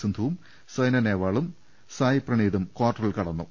സിന്ധുവും സൈന നെഹ്വാളും സായ് പ്രണീതും കാർട്ടറിൽ കടന്നു